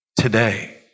today